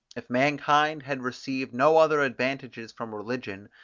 if mankind had received no other advantages from religion,